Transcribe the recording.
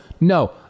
No